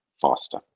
faster